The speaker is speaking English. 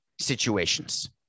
situations